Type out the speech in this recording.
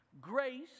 Grace